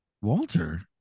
Walter